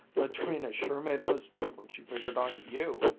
madrina sure made a mistake when she figured on you!